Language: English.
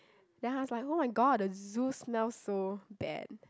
then I was like !oh-my-god! the zoo smells so bad